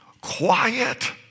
quiet